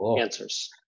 answers